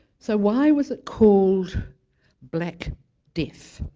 so why was it called black death?